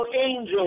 angels